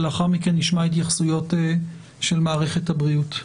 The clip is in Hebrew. לאחר מכן נשמע התייחסויות מערכת הבריאות.